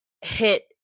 hit